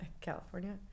California